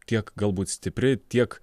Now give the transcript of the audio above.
tiek galbūt stipri tiek